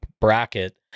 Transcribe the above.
bracket